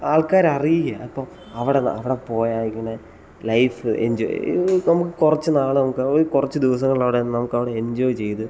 ആൾക്കരറിയുക അപ്പോൾ അവിടെ അവിടെ പോയാൽ ഇങ്ങനെ ലൈഫ് എൻജോയ് ഇപ്പം കുറച്ച് നാൾ നമുക്ക് കുറച്ച് ദിവസങ്ങളവിടെ നമുക്കവിടെ എൻജോയ് ചെയ്ത്